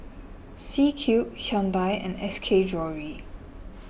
C Cube Hyundai and S K Jewellery